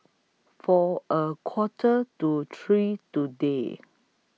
For A Quarter to three today